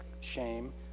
shame